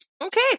okay